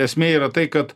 esmė yra tai kad